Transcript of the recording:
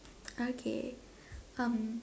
okay um